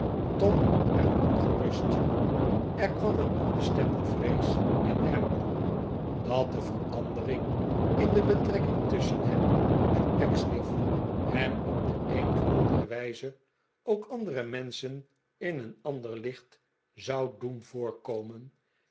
tom werd ongerust er kwam een onbestemde vrees in hem op dat de verandering in de betrekking tusschen hem en pecksniff hem op de een of andere wijze ook andere menschen in een ander'licht zou doen voorkomen